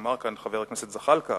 אמר כאן חבר הכנסת זחאלקה